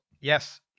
Yes